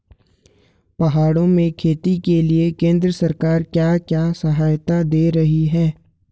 पहाड़ों में खेती के लिए केंद्र सरकार क्या क्या सहायता दें रही है?